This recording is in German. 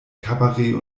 kabarett